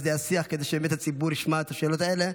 זה היה שיח כדי שהציבור ישמע את השאלות האלה,